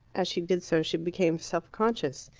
as she did so she became self-conscious.